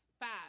Five